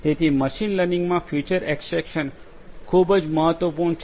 તેથી મશીન લર્નિંગમાં feature extraction ખૂબ જ મહત્વપૂર્ણ છે